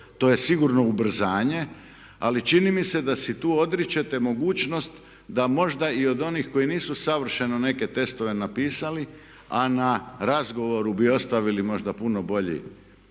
to je sigurno ubrzanje ali čini mi se da se tu odričete mogućnost da možda i od onih koji nisu savršeno neke testove napisali a razgovoru bi ostavili možda puno bolji